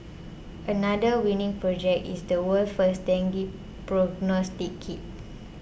another winning project is the world's first dengue prognostic kit